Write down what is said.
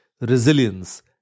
resilience